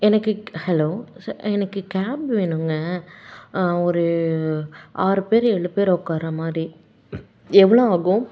எனக்கு ஹலோ ச எனக்கு கேப் வேணுங்க ஒரு ஆறு பேர் ஏழு பேர் உட்கார்ற மாதிரி எவ்வளோ ஆகும்